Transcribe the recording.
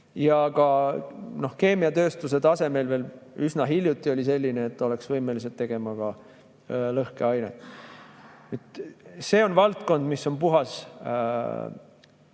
Ka keemiatööstuse tase meil veel üsna hiljuti oli selline, et oleksime olnud võimelised tegema ka lõhkeainet. See on valdkond, mis on kas